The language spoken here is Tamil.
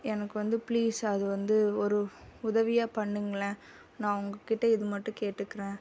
எனக்கு வந்து ப்ளீஸ் அது வந்து ஒரு உதவியாக பண்ணுங்களேன் நான் உங்கள் கிட்ட இதை மட்டும் கேட்டுக்கிறேன்